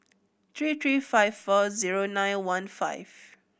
tree tree five four zero nine one five